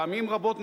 פעמים רבות,